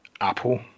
Apple